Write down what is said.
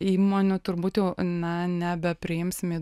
įmonių turbūt jau na nebepriimsim į